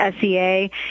SEA